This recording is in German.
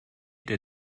der